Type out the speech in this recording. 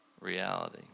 reality